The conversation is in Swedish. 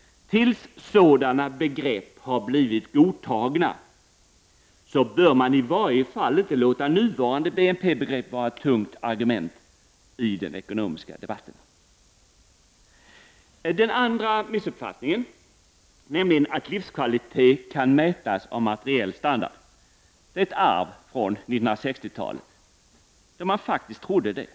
Man bör inte låta nuvarande BNP-begrepp vara ett tungt argument i den ekonomiska debatten förrän sådana begrepp har blivit godtagna. Den andra missuppfattningen, att livskvalitet kan mätas i form av materiell standard, är ett arv från 1960-talet, då man faktiskt levde i den tron.